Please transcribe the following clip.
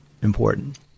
Important